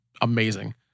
amazing